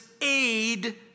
aid